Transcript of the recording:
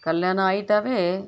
கல்யாணம் ஆகிட்டாவே